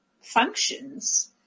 functions